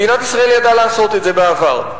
מדינת ישראל ידעה לעשות את זה בעבר.